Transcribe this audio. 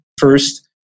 first